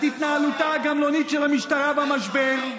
את התנהלותה הגמלונית של המשטרה במשבר,